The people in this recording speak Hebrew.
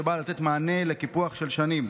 שבאה לתת מענה לקיפוח של שנים.